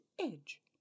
edge